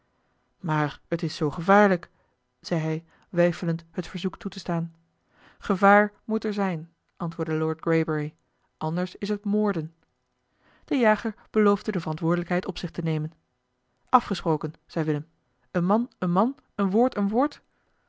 maar t is zoo gevaarlijk zei hij weifelend het verzoek toe te staan gevaar moet er zijn antwoordde lord greybury anders is het moorden eli heimans willem roda de jager beloofde de verantwoordelijkheid op zich te nemen afgesproken zei willem een man een man een woord een woord